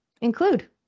include